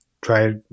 Try